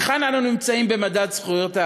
היכן אנו נמצאים במדד זכויות האדם?